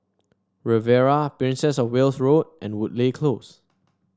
Riviera Princess Of Wales Road and Woodleigh Close